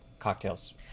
cocktails